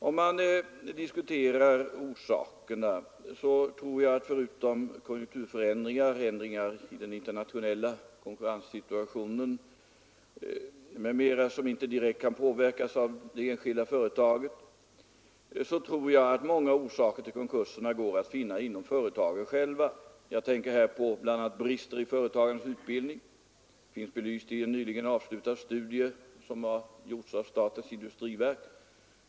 Om man diskuterar orsakerna tror jag att man kommer fram till att förutom konjunkturförändringar och ändringar i den internationella konkurrenssituationen m.m., som inte direkt kan påverkas av de enskilda företagen, många orsaker till konkurserna står att finna inom företagen själva. Jag tänker här på bl.a. brister i företagarnas utbildning, belysta ien studie som har gjorts av statens industriverk.